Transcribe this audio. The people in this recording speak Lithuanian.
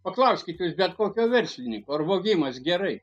paklauskit jūs bet kokio verslininko ar vogimas gerai